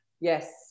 Yes